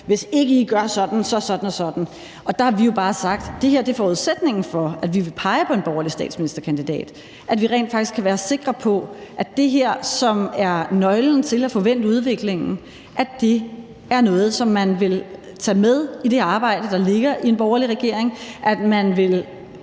hvis ikke I gør sådan, så sådan og sådan. Der har vi jo bare sagt, at det her er forudsætningen for, at vi vil pege på en borgerlig statsministerkandidat, altså at vi rent faktisk kan være sikre på, at det her, som er nøglen til at få vendt udviklingen, er noget, som man vil tage med i det arbejde, der ligger for en borgerlig regering; at man vil